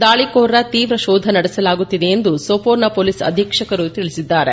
ದಾಳಿಕೋರರ ತೀವ್ರ ಶೋಧ ನಡೆಸಲಾಗುತ್ತಿದೆ ಎಂದು ಸೊಪೋರ್ನ ಪೊಲೀಸ್ ಅಧೀಕ್ವಕರು ತಿಳಿಸಿದ್ದಾರೆ